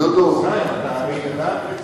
דודו, ישראל, אתה הרי אדם רציני.